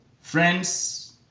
friends